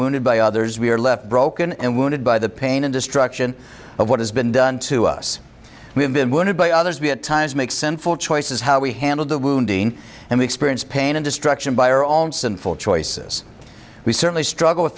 wounded by others we are left broken and wounded by the pain and destruction of what has been done to us we have been wounded by others be at times makes sense for choices how we handle the wounding and we experience pain and destruction by our own sinful choices we certainly struggle with